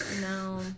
No